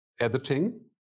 editing